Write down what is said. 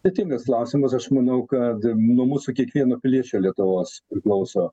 sudėtingas klausimas aš manau kad nuo mūsų kiekvieno piliečio lietuvos priklauso